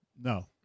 No